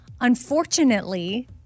Unfortunately